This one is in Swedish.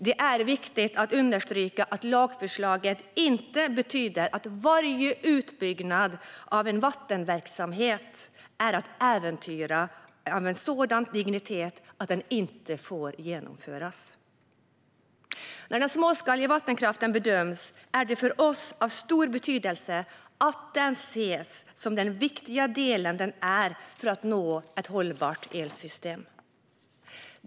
Det är viktigt att understryka att lagförslaget inte betyder att varje utbyggnad av en vattenverksamhet är ett äventyrande av sådan dignitet att den inte får genomföras. När den småskaliga vattenkraften bedöms är det för oss av stor betydelse att den ses som den viktiga del den är för att nå ett hållbart elsystem.